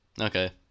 Okay